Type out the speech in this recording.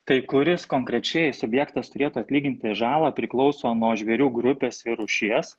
tai kuris konkrečiai subjektas turėtų atlyginti žalą priklauso nuo žvėrių grupės ir rūšies